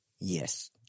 Yes